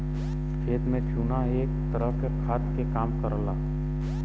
खेत में चुना एक तरह से खाद के काम करला